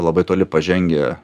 labai toli pažengę